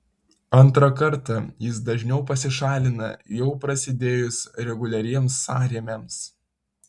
antrą kartą jis dažniau pasišalina jau prasidėjus reguliariems sąrėmiams